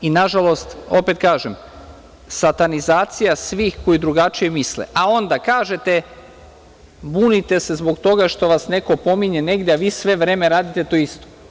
Nažalost, opet kažem, satanizacija svih koji drugačije misle, a onda kažete, bunite se zbog toga što vas neko pominje negde, a vi sve vreme radite to isto.